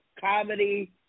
comedy